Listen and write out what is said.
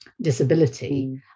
disability